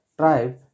Tribe